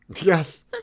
Yes